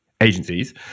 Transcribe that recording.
agencies